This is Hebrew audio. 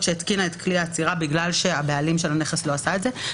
שהתקינה את כלי האצירה בגלל שהבעלים של הנכס לא עשה את זה.